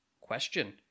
Question